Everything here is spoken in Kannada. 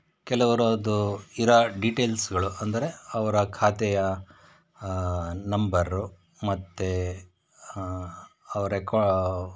ಕೆಲವ್ರು ಅದು ಇರೋ ಡೀಟೇಲ್ಸ್ಗಳು ಅಂದರೆ ಅವರ ಖಾತೆಯ ನಂಬರ್ರು ಮತ್ತು ಅವ್ರ ಎಕೊ